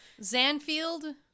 Zanfield